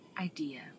idea